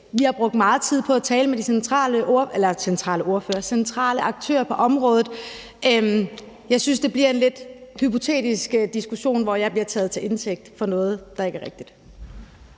Vi har brugt meget tid på at tale med de centrale aktører på området, og jeg synes, det bliver en lidt hypotetisk diskussion, hvor jeg bliver taget til indtægt for noget, der ikke er rigtigt.